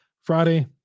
Friday